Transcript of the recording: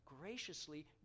graciously